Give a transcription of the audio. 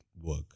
work